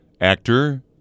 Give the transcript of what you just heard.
actor